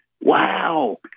wow